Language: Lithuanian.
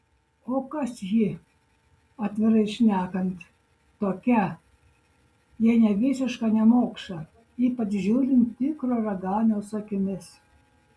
o kas ji atvirai šnekant tokia jei ne visiška nemokša ypač žiūrint tikro raganiaus akimis